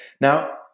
Now